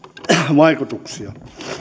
vaikutuksia